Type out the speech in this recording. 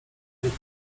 tylko